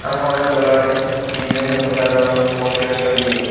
ଆମ ଅଞ୍ଚଳରେ ବିଭିନ୍ନପ୍ରକାରର ପକ୍ଷୀ ଅଛନ୍ତି